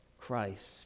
Christ